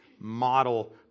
model